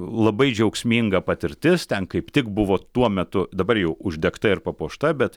labai džiaugsminga patirtis ten kaip tik buvo tuo metu dabar jau uždegta ir papuošta bet